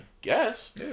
guess